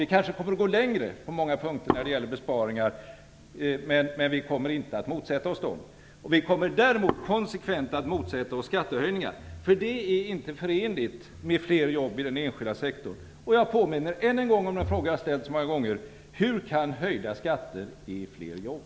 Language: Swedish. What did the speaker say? Vi kommer kanske att gå längre på många punkter när det gäller besparingar, men vi kommer inte att motsätta oss dem. Vi kommer därmot konsekvent att motsätta oss skattehöjningar. Det är inte förenligt med fler jobb i den enskilda sektorn. Jag påminner än en gång om den fråga som jag har ställt så många gånger: Hur kan höjda skatter ge fler jobb?